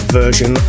version